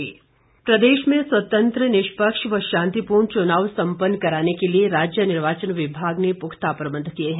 मतदान प्रबंध प्रदेश में स्वतंत्र निष्पक्ष व शांतिपूर्ण चुनाव सम्पन्न कराने के लिए राज्य निर्वाचन विभाग ने पुख्ता प्रबंध किए हैं